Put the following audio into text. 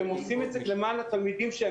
הם עובדים למען התלמידים שלהם.